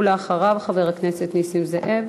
ואחריו, חבר הכנסת נסים זאב.